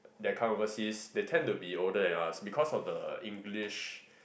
they come overseas they tend to be older than us because of the English